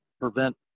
prevent